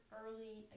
early